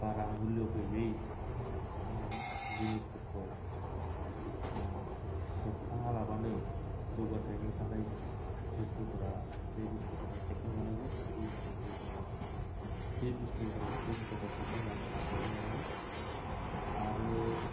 बारा मुल्य गैयै जिनिसफोरखौ सेबखाङा लाबानो जौगाथायनि थाखाय बुस्तुफोरा जे बुस्तुफोरा सेबखांजानांगौ बे बुस्तुखौल' जों सेबखां जानांगौ आरो